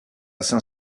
saint